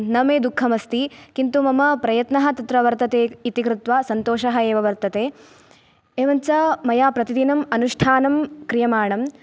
न मे दुःखमस्ति किन्तु मम प्रयत्नः तत्र वर्तते इति कृत्वा सन्तोषः एव वर्तते एवं च मया प्रतिदिनम् अनुष्ठानं क्रियमाणं